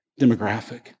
demographic